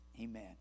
Amen